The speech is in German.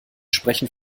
sprechen